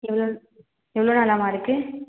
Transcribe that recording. எவ்வளோ எவ்வளோ நாளாகம்மா இருக்கு